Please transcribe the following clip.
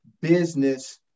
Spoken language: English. business